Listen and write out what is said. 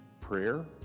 prayer